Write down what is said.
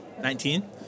Nineteen